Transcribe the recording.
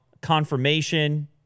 confirmation